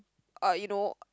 uh you know